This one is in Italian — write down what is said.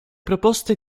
proposte